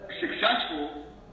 successful